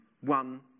one